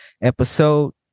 episode